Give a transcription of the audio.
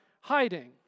hiding